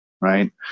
Right